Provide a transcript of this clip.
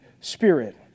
Spirit